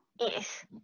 Yes